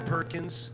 Perkins